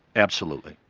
absolutely.